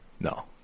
No